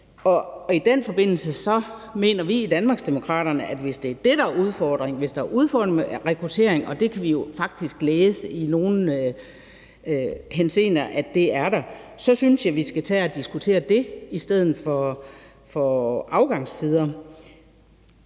og i den forbindelse mener vi i Danmarksdemokraterne, at hvis det er det, der er udfordringen, altså hvis der er udfordring med rekruttering, og det kan vi jo faktisk læse at der i nogle henseender er, så skulle vi tage at diskutere det i stedet for afgangstider.